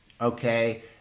okay